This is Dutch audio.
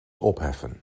opheffen